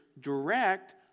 direct